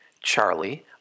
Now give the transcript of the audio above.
Charlie